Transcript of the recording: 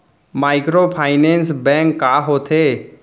Microfinance bank का होथे?